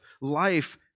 life